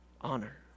Honor